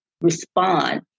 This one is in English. respond